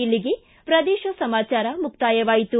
ಇಲ್ಲಿಗೆ ಪ್ರದೇಶ ಸಮಾಚಾರ ಮುಕ್ತಾಯವಾಯಿತು